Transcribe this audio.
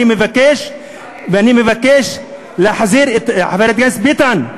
אני מבקש להחזיר, חבר הכנסת ביטן,